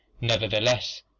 Nevertheless